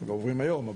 אנחנו גם עוברים היום,